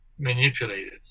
manipulated